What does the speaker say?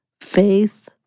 faith